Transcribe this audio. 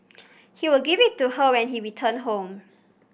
he would give it to her when he returned home